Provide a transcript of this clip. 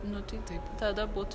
nu tai taip tada būtų